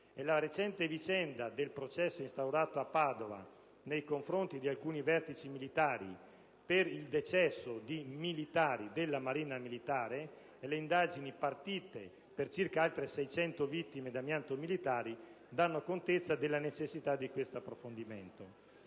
La recente vicenda del processo instaurato a Padova nei confronti di alcuni vertici militari per il decesso di militari della Marina militare e le indagini partite per circa altre 600 vittime militari da amianto danno contezza della necessità di questo approfondimento.